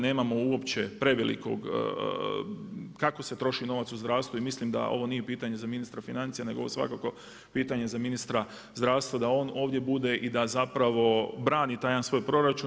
Nemao uopće prevelikog kako se troši novac u zdravstvu i mislim da ovo nije pitanje za ministra financija nego je ovo svakako pitanje za ministra zdravstva da on ovdje bude i da zapravo brani taj jedan svoj proračun.